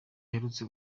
aherutse